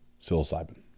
psilocybin